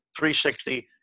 360